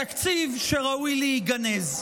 תקציב שראוי להיגנז.